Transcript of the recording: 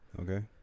Okay